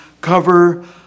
cover